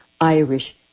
Irish